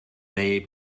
they